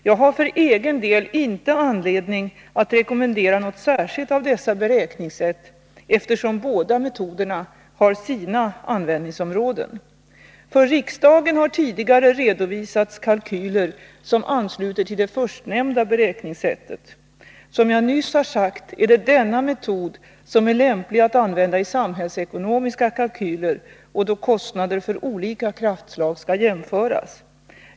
Jag har för egen del inte anledning att rekommendera något särskilt av dessa beräkningssätt, eftersom båda metoderna har sina användningsområden. För riksdagen har tidigare redovisats kalkyler som ansluter till det förstnämnda beräkningssättet. Som jag nyss har sagt är det denna metod som är lämplig att använda i samhällsekonomiska kalkyler och då kostnader för olika kraftslag skall jämföras.